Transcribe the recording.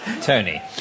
Tony